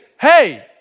hey